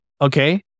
Okay